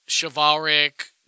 chivalric